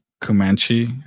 Comanche